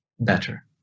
better